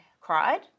cried